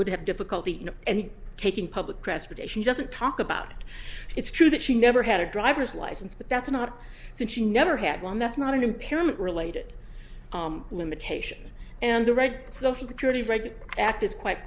would have difficulty and taking public transportation doesn't talk about it it's true that she never had a driver's license but that's not since she never had one that's not an impairment related limitation and the reg social security reg act is quite